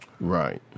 Right